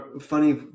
funny